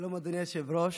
היושב-ראש.